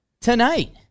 tonight